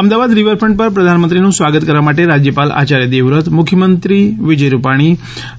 Ahmedabad riverfront ઉપર પ્રધાનમંત્રીનું સ્વાગત કરવા માટે રાજયપાલ આચાર્ય દેવવ્રત મુખ્યમંત્રી વિજય રૂપાણી